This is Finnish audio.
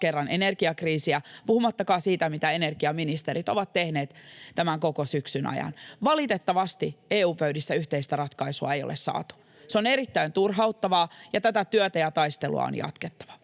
kerran energiakriisiä, puhumattakaan siitä, mitä energiaministerit ovat tehneet tämän koko syksyn ajan. Valitettavasti EU-pöydissä yhteistä ratkaisua ei ole saatu. Se on erittäin turhauttavaa, ja tätä työtä ja taistelua on jatkettava.